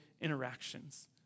interactions